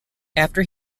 after